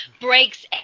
breaks